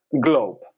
globe